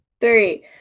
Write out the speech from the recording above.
three